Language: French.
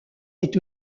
est